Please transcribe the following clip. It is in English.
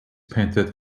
painted